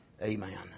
Amen